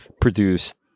produced